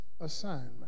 assignment